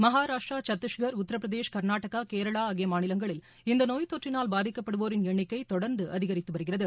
மகாராஷ்டிரா சத்திஷ்கா் உத்திரபிரதேஷ் கா்நாடகா கேரளா ஆகிய மாநிலங்களில் இந்த நோய் தொற்றினால் பாதிக்கப்படுவோரின் எண்ணிக்கை தொடா்ந்து அதிகரித்து வருகிறது